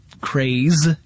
craze